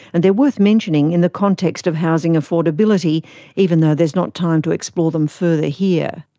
and they're worth mentioning in the context of housing affordability even though there's not time to explore them further here.